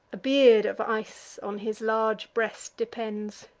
a beard of ice on his large breast depends.